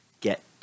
get